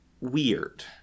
weird